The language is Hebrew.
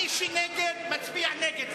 מי שנגד, מצביע נגד.